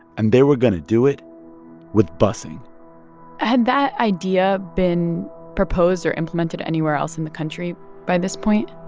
and they were going to do it with busing had that idea been proposed or implemented anywhere else in the country by this point?